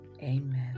Amen